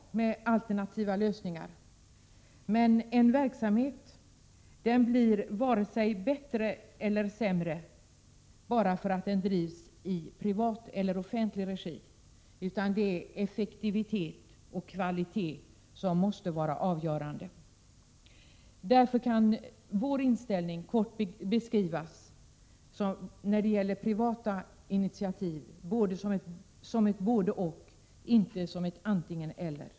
Alternativa lösningar är bra. Men en verksamhet blir varken bättre eller sämre bara därför att den drivs i privat eller offentlig regi, utan det är effektivitet och kvalitet som måste vara avgörande. Därför kan vår inställning när det gäller privata initiativ kort beskrivas som ett både—och, inte som ett antingen-eller.